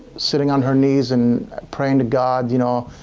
sitting on her knees and praying to god you know